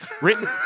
Written